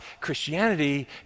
Christianity